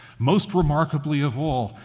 most remarkably of all,